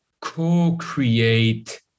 co-create